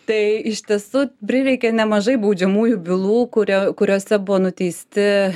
tai iš tiesų prireikė nemažai baudžiamųjų bylų kurie kuriose buvo nuteisti